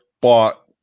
bought